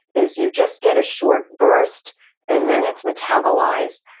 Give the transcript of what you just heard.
is you just get a short burst and then it's metabolized.